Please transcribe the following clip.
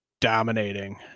dominating